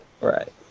Right